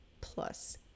plus